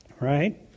Right